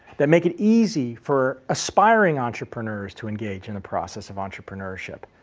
that make it easy for aspiring entrepreneurs to engage in a process of entrepreneurship.